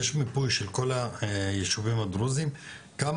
יש מיפוי של כל היישובים הדרוזים כמה